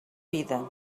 vida